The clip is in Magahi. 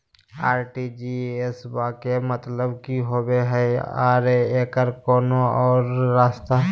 आर.टी.जी.एस बा के मतलब कि होबे हय आ एकर कोनो और रस्ता?